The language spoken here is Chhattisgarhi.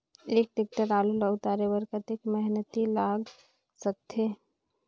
एक टेक्टर आलू ल उतारे बर कतेक मेहनती लाग सकथे?